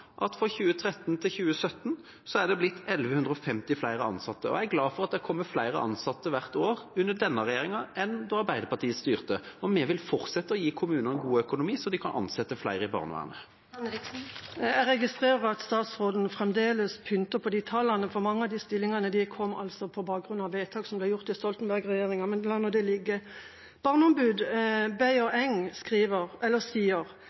er det blitt 1 150 flere ansatte. Jeg er glad for at det er kommet flere ansatte hvert år under denne regjeringa enn da Arbeiderpartiet styrte. Og vi vil fortsette å gi kommunene god økonomi så de kan ansette flere i barnevernet. Jeg registrerer at statsråden fremdeles pynter på disse tallene. Mange av de stillingene kom på bakgrunn av vedtak som ble fattet under Stoltenberg-regjeringa, men la nå det ligge. Barneombud Bejer Engh sier: Det er ikke grenser for hvor mange tilsyn vi har som sier